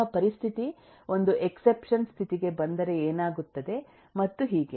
ನಿಮ್ಮ ಪರಿಸ್ಥಿತಿ ಒಂದು ಎಕ್ಸೆಪ್ಶನ್ ಸ್ಥಿತಿಗೆ ಬಂದರೆ ಏನಾಗುತ್ತದೆ ಮತ್ತು ಹೀಗೆ